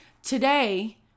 today